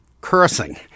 cursing